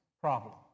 problem